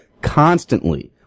constantly